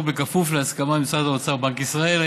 בכפוף להסכמה עם משרד האוצר ובנק ישראל.